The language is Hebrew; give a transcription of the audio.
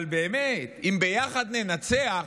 אבל באמת, אם "ביחד ננצח",